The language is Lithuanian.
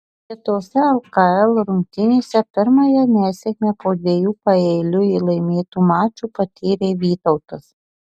kitose lkl rungtynėse pirmąją nesėkmę po dviejų paeiliui laimėtų mačų patyrė vytautas